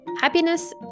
Happiness